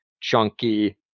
chunky